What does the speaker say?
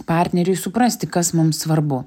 partneriui suprasti kas mums svarbu